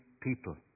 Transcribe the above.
people